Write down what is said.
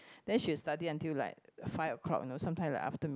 then she study until like five o-clock you know sometime like after